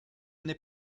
n’est